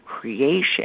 creation